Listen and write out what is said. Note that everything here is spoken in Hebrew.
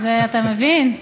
אתה מבין?